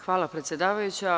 Hvala, predsedavajuća.